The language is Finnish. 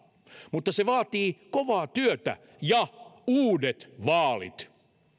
mutta se vaatii kovaa työtä ja uudet vaalit